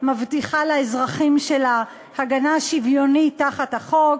מבטיחה לאזרחים שלה הגנה שוויונית תחת החוק,